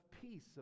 peace